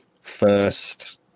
first